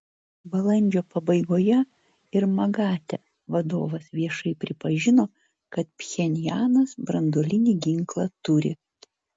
balandžio pabaigoje ir magate vadovas viešai pripažino kad pchenjanas branduolinį ginklą turi